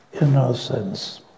innocence